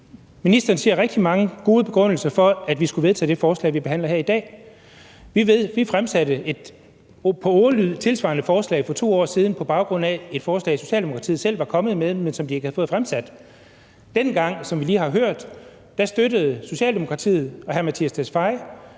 Ministeren giver rigtig mange gode begrundelser for, at vi skulle vedtage det forslag, vi behandler her i dag. Da vi fremsatte et i ordlyd tilsvarende forslag for 2 år siden på baggrund af et forslag, Socialdemokratiet selv var kommet med, men som de ikke havde fået fremsat, støttede Socialdemokratiet og hr. Mattias Tesfaye,